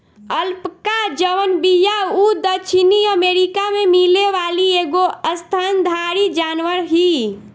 alpaca जवन बिया उ दक्षिणी अमेरिका में मिले वाली एगो स्तनधारी जानवर हिय